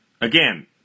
Again